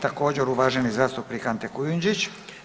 Također uvaženi zastupnik Ante Kujudžić.